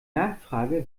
nachfrage